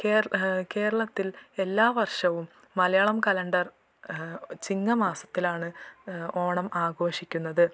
കേര കേരളത്തിൽ എല്ലാ വർഷവും മലയാളം കലണ്ടർ ചിങ്ങ മാസത്തിലാണ് ഓണം ആഘോഷിക്കുന്നത്